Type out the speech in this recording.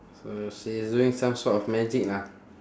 so she's doing some sort of magic lah